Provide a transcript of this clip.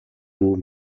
бүү